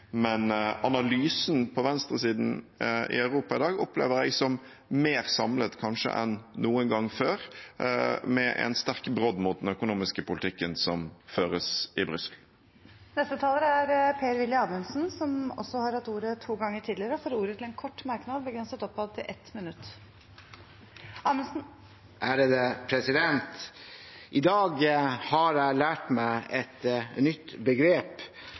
Men analysen på venstresiden i Europa i dag opplever jeg som kanskje mer samlet enn noen gang før, med en sterk brodd mot den økonomiske politikken som føres i Brussel. Per-Willy Amundsen har hatt ordet to ganger tidligere og får ordet til en kort merknad, begrenset til 1 minutt. I dag har jeg lært meg et nytt begrep